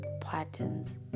patterns